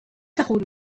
تقول